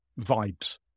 vibes